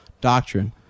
doctrine